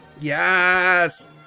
Yes